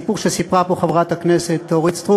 הסיפור שסיפרה פה חברת הכנסת אורית סטרוק